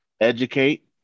educate